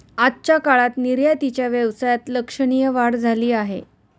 आजच्या काळात निर्यातीच्या व्यवसायात लक्षणीय वाढ झाली आहे